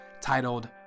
titled